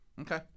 Okay